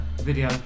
video